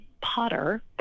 potter